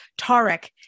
Tarek